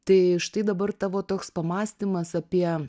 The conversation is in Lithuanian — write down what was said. tai štai dabar tavo toks pamąstymas apie